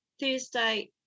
Thursday